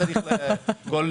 על כל